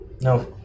No